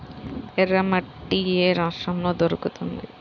ఎర్రమట్టి ఏ రాష్ట్రంలో దొరుకుతుంది?